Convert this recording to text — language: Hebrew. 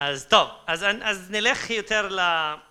אז טוב, אז נלך יותר ל...